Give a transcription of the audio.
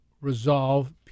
resolve